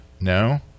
No